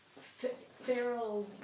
feral